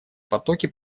потоки